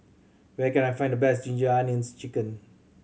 where can I find the best Ginger Onions Chicken